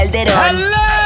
Hello